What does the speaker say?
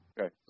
Okay